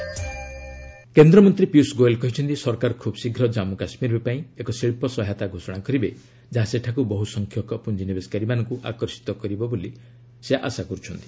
ପିୟୁଷ ଗୋଏଲ କେ ଆଣ୍ଡ କେ ଭିଜିନ୍ କେନ୍ଦ୍ରମନ୍ତ୍ରୀ ପିୟୁଷ ଗୋଏଲ କହିଛନ୍ତି ସରକାର ଖୁବ୍ ଶୀଘ୍ର ଜାମ୍ମୁ କାଶ୍ମୀର ପାଇଁ ଏକ ଶିଳ୍ପ ସହାୟତା ଘୋଷଣା କରିବେ ଯାହା ସେଠାକୁ ବହୁ ସଂଖ୍ୟକ ପୁଞ୍ଜିନିବେଶକାରୀମାନଙ୍କୁ ଆକର୍ଷିତ କରି ବୋଲି ସେ ଆଶା କରୁଛନ୍ତି